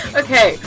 okay